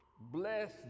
bless